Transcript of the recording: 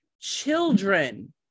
children